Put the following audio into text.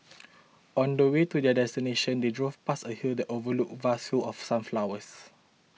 on the way to their destination they drove past a hill that overlooked vast fields of sunflowers